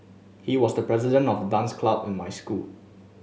he was the president of the dance club in my school